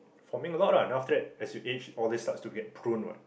forming a lot ah then after that as you aged all this starts to get prune what